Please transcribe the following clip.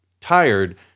tired